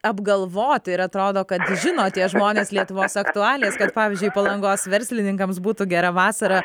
apgalvoti ir atrodo kad žino tie žmonės lietuvos aktualijas kad pavyzdžiui palangos verslininkams būtų gera vasara